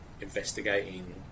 investigating